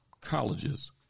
colleges